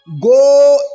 go